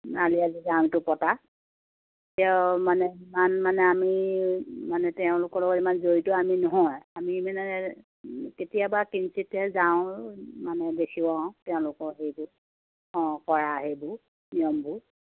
পতা তেওঁ মানে ইমান মানে আমি মানে তেওঁলোকৰ লগত ইমান জড়িত আমি নহয় আমি মানে কেতিয়াবা কিঞ্চিতহে যাওঁ মানে দেখো আৰু তেওঁলোকৰ সেইবোৰ অঁ কৰা সেইবোৰ নিয়মবোৰ